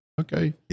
Okay